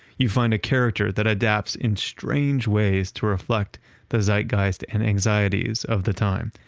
you find a character that adapts in strange ways to reflect the zeitgeist and anxieties of the time.